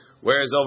Whereas